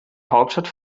hauptstadt